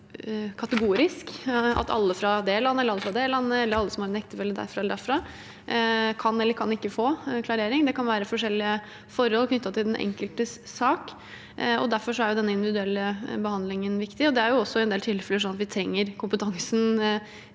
kategorisk at alle fra det landet eller det landet, eller som har en ektefelle derfra eller derfra, kan eller ikke kan få klarering. Det kan være forskjellige forhold knyttet til den enkeltes sak, og derfor er den individuelle behandlingen viktig. Det er også en del tilfeller der vi trenger kompetansen.